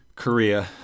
Korea